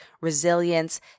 resilience